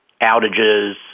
outages